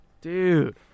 dude